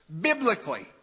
biblically